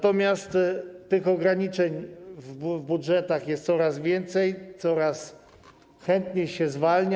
Tych ograniczeń w budżetach jest coraz więcej, coraz chętniej się zwalnia.